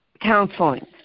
counseling